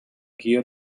guia